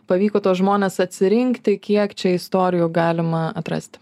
pavyko tuos žmones atsirinkti kiek čia istorijų galima atrasti